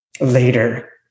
later